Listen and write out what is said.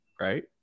right